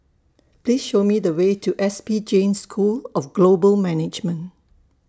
Please Show Me The Way to S P Jain School of Global Management